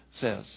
says